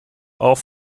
auch